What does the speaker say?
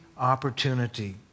opportunity